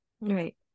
right